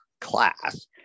class